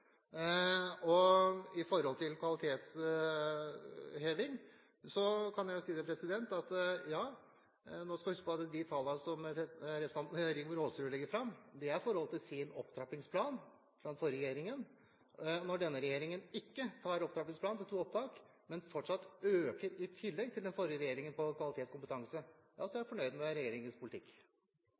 det gjelder kvalitetsheving, skal vi huske på at de tallene som representanten Rigmor Aasrud legger fram, er knyttet til opptrappingsplanen fra den forrige regjeringen. Når denne regjeringen ikke trapper opp til to opptak, men fortsatt øker i tillegg til den forrige regjeringen på kvalitet og kompetanse, er jeg fornøyd med regjeringens politikk.